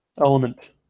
element